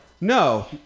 no